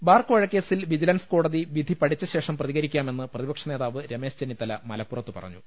ബാർകോഴക്കേസിൽ vigilance കോടതി വിധി പഠിച്ച ശേഷം പ്രതികരിക്കാമെന്ന് പ്രതിപക്ഷനേതാവ് രമേശ് ചെന്നിത്തല മലപ്പുറത്ത് പറഞ്ഞു